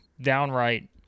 downright